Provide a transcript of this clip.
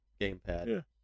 gamepad